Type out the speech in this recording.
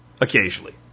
Occasionally